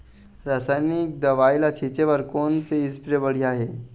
रासायनिक दवई ला छिचे बर कोन से स्प्रे बढ़िया हे?